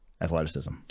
athleticism